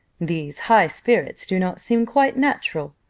these high spirits do not seem quite natural.